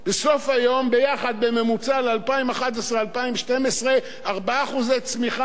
בסוף היום, ביחד, בממוצע ל-2011, 2012, 4% צמיחה.